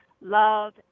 love